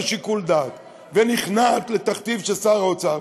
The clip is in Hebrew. שיקול דעת ונכנעת לתכתיב של שר האוצר,